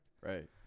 right